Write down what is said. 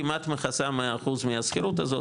כמעט מכסה מאה אחוז מהשכירות הזה,